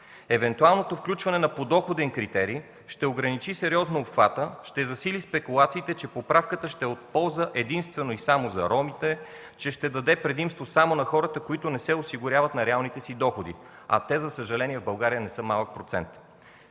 Евентуалното включване на подоходен критерии ще ограничи сериозно обхвата, ще засили и спекулациите, че поправката ще е от полза единствено и само за ромите, че ще даде предимство само на хората, които не се осигуряват на реалните си доходи, а те в България, за съжаление, не са малък процент.